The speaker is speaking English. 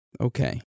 Okay